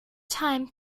time